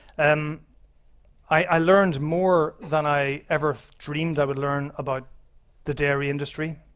and i learned more than i ever dreamed i would learn about the dairy industry,